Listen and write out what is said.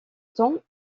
temps